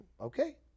Okay